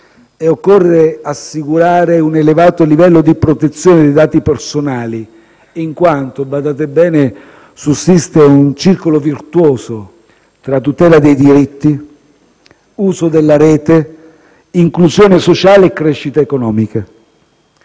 Occorre assicurare un elevato livello di protezione dei dati personali, in quanto - badate bene - sussiste un circolo virtuoso tra tutela dei diritti, uso della rete, inclusione sociale e crescita economica.